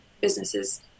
businesses